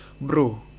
bro